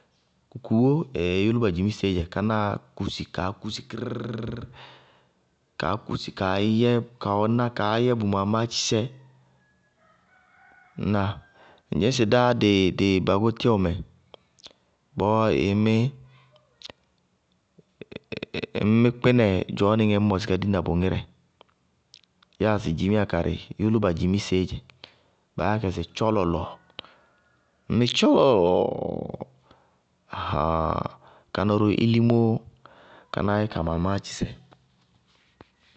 Kukuwó yʋlʋba dzimiseé dzɛ. Kánáa kúsi kaá kúsi kírírírírírí!!! Kaá kúsi kaá yɛ, ka wɛná kaá yɛ bʋ maamáátchisɛ, ŋnáa? Ŋ dzɩñ sɩ dá, dɩ bagotíwɔ mɛ bɔɔ ɩí mí ŋñ mí kpínɛ dzɔɔnɩŋɛ ññ mɔsɩ ka dina bʋ ŋírɛ, yáa sɩ dzimiya karɩ, yʋlʋba dzimiseéé dzɛ, baá yá kɛ sɩ tchɔlɔlɔ, ŋñ mí tchɔlɔlɔlɔlɔ! Ɛɛheŋŋñ káná ró ilimóó kánáá yɛ ka maamáátchisɛ.